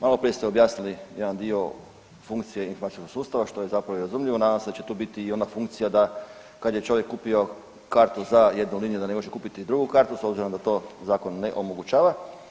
Maloprije ste objasnili jedan dio funkcije …/nerazumljivo/… sustava što je zapravo i razumljivo, nadam se da će tu biti ona funkcija da kad je čovjek kupio kartu za jednu liniju da ne može i kupiti drugu kartu s obzirom da to zakon ne omogućava.